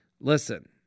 Listen